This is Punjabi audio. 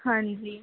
ਹਾਂਜੀ